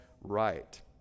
right